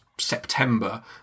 September